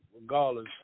regardless